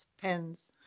pens